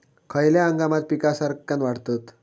खयल्या हंगामात पीका सरक्कान वाढतत?